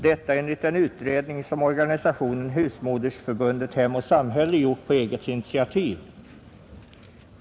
Detta enligt en utredning som organisationen Husmodersförbundet hem och samhälle gjort på eget initiativ.